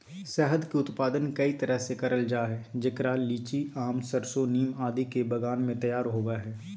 शहद के उत्पादन कई तरह से करल जा हई, जेकरा लीची, आम, सरसो, नीम आदि के बगान मे तैयार होव हई